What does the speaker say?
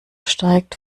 steigt